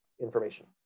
information